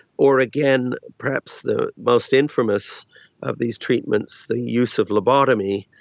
or again, perhaps the most infamous of these treatments, the use of lobotomy,